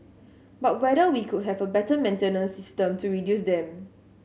but whether we could have a better maintenance system to reduce them